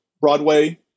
Broadway